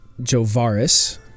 Jovaris